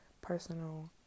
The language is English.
personal